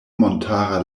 montara